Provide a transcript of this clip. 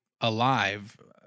alive